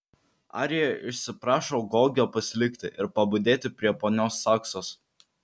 arija išsiprašo gogio pasilikti ir pabudėti prie ponios saksos